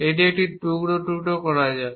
এটি টুকরো টুকরো করা যাক